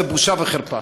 זו בושה וחרפה.